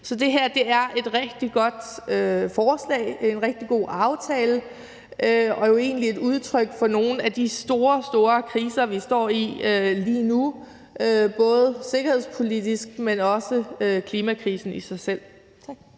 Så det her er et rigtig godt forslag, en rigtig god aftale og jo egentlig et udtryk for nogle af de store, store kriser, vi står i lige nu, både sikkerhedspolitisk, men også klimamæssigt.